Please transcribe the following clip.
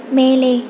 மேலே